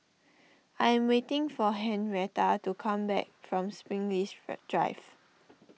I am waiting for Henretta to come back from Springleaf Drive